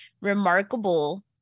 remarkable